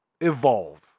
evolve